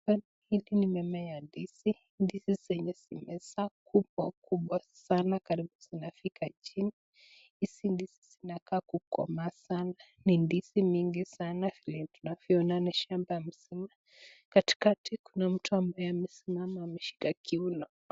Hii ni mimea ya ndizi, ndizi zenye zimezaa kubwa kubwa sana karibu zinafika chini, hizi ndizi zinakaa kukomaa sana hizi ni ndizi nyingi sana vile tunavyoona ni shamba mzuri, katikati kuna mtu ambaye amesimama ameshika kuino.